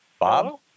Bob